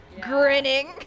grinning